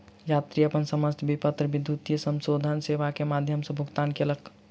यात्री अपन समस्त विपत्र विद्युतीय समाशोधन सेवा के माध्यम सॅ भुगतान कयलक